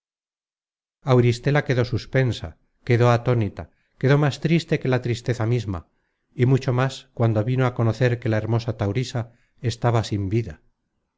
auristela quedó suspensa quedó atónita quedó más triste que la tristeza misma y mucho más cuando vino á conocer que la hermosa taurisa estaba sin vida